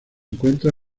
encuentra